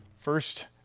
first